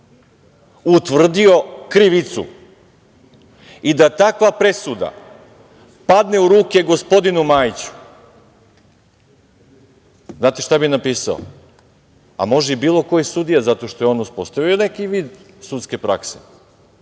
utvrdio krivicu i da takva presuda padne u ruke gospodinu Majiću, znate šta bi napisao, a može i bilo koji sudija, zato što je on uspostavio neki vid sudske prakse?